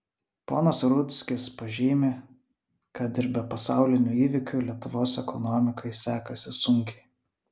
ponas rudzkis pažymi kad ir be pasaulinių įvykių lietuvos ekonomikai sekasi sunkiai